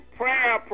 prayer